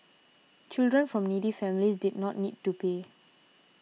children from needy families did not need to pay